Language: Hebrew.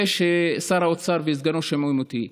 אני מקווה ששר האוצר וסגנו שומעים אותי.